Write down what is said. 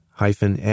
hyphen